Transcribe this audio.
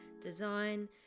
design